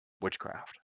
witchcraft